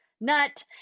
nut